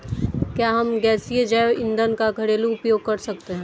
क्या हम गैसीय जैव ईंधन का घरेलू उपयोग कर सकते हैं?